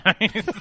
Nice